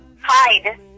Hide